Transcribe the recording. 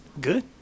Good